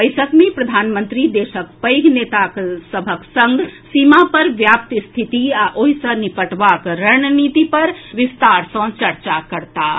बैसक मे प्रधानमंत्री देशक पैघ नेता सभक संग सीमा पर व्याप्त स्थिति आ ओहि सॅ निपटबाक रणनीति पर विस्तार सॅ चर्चा करताह